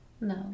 No